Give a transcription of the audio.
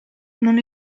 non